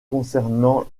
concernant